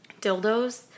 dildos